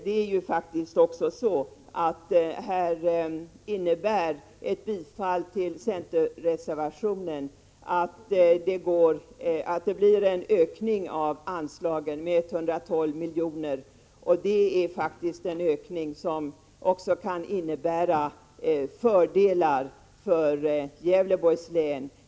Det är faktiskt så att ett bifall till centerreservationen innebär att det blir en ökning av anslagen med 112 milj.kr. utöver regeringens förslag. Det är en ökning som också kan innebära fördelar för Gävleborgs län.